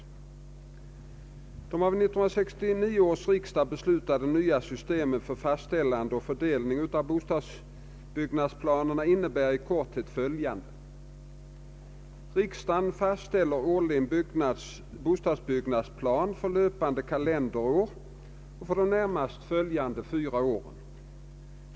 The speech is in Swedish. Det av 1969 års riksdag beslutade nya systemet för fastställande och fördelning av bostadsbyggnadsplanerna innebär i korthet följande. Riksdagen fastställer årligen bostadsbyggnadsplan för löpande kalenderår och de närmast följande fyra åren.